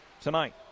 tonight